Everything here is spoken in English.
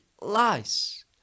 lies